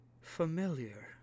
familiar